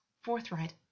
forthright